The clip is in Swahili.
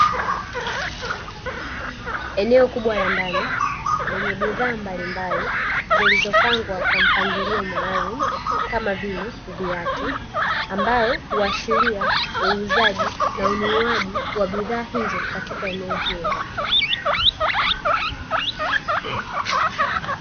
Eneo kubwa la ndani lenye bidhaa mbalimbali zilizopangwa kwa mpangilio maalum kama vile viatu, ambayo huashiria uuzaji na ununuaji wa bidhaa hizo katika eneo hilo.